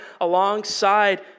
alongside